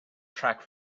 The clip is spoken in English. track